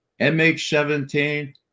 MH17